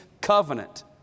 covenant